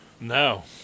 No